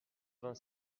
vingt